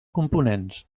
components